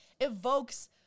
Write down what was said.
evokes